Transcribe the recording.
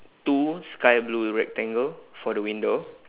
two sky blue rectangle for the window